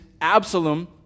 Absalom